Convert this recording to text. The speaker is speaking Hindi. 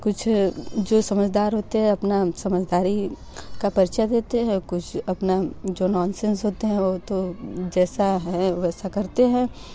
कुछ जो समझदार होते है अपना समझदारी का परिचय देते है कुछ अपना जो नोंसेंस होते है वो तो जैसा है वैसा करते है